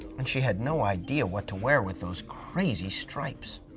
and she had no idea what to wear with those crazy stripes.